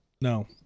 No